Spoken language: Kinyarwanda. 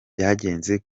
byagenze